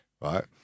Right